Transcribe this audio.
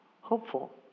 Hopeful